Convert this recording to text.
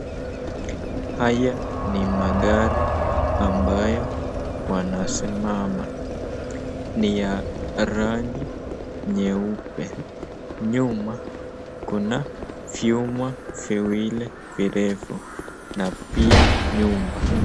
Haya ni magari ambayo wanasimama. Ni ya rangi nyeupe, nyuma kuna vyuma viwili virefu na pia nyumba.